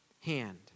hand